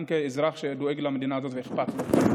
גם כאזרח שדואג למדינה הזאת ואכפת לו,